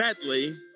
sadly